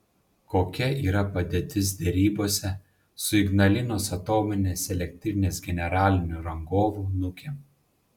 kokia yra padėtis derybose su ignalinos atominės elektrinės generaliniu rangovu nukem